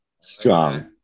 Strong